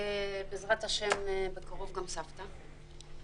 ובעזרת-השם בקרוב גם סבתא.